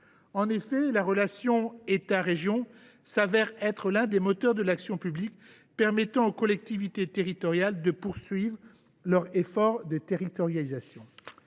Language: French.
En effet, la relation entre l’État et la région est l’un des moteurs de l’action publique qui permet aux collectivités territoriales de poursuivre leur effort de territorialisation.